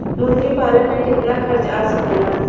मुर्गी पालन में कितना खर्च आ सकेला?